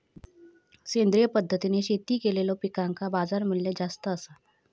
सेंद्रिय पद्धतीने शेती केलेलो पिकांका बाजारमूल्य जास्त आसा